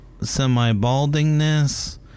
semi-baldingness